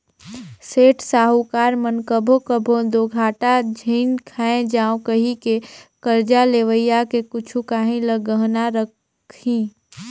सेठ, साहूकार मन कभों कभों दो घाटा झेइन खाए जांव कहिके करजा लेवइया के कुछु काहीं ल गहना रखहीं